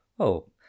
Oh